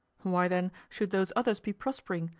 why, then, should those others be prospering,